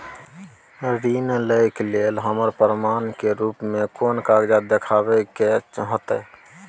ऋण लय के लेल हमरा प्रमाण के रूप में कोन कागज़ दिखाबै के होतय?